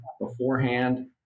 beforehand